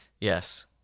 Yes